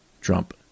Trump